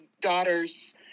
daughters